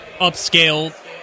upscale